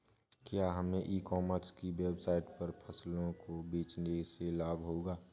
क्या हमें e commerce की वेबसाइट पर फसलों को बेचने से लाभ होगा?